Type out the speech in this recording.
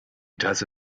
tasse